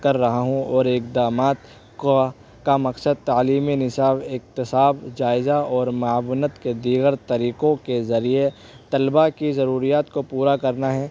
کر رہا ہوں اور اقدامات کا کا مقصد تعلیمی نصاب اکتساب جائزہ اور معاونت کے دیگر طریقوں کے ذریعے طلبہ کی ضروریات کو پورا کرنا ہے